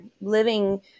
living